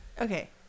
okay